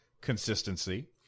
Consistency